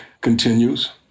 continues